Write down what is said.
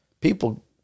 People